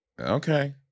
Okay